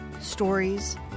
stories